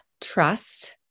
trust